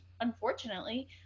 unfortunately